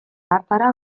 hartara